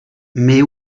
mais